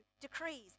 decrees